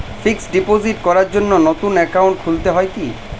Fix deposit করার জন্য নতুন অ্যাকাউন্ট খুলতে হয় কী?